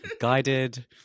guided